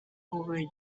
over